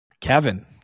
Kevin